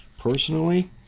personally